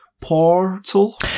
portal